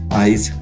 eyes